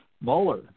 Mueller